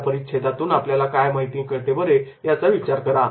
त्या परिच्छेदतून आपल्याला काय माहिती कळते बरे यावर विचार करा